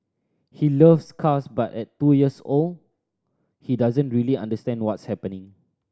he loves cars but at two years old he doesn't really understand what's happening